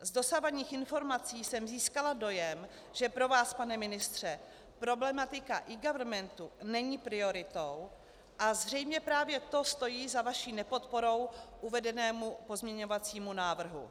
Z dosavadních informací jsem získala dojem, že pro vás, pane ministře, problematika eGovernmentu není prioritou, a zřejmě právě to stojí za vaší nepodporou uvedenému pozměňovacímu návrhu.